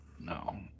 No